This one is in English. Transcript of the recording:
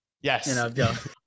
Yes